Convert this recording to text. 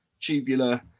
tubular